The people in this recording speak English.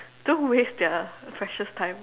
don't waste their precious time